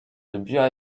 lubiła